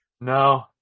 No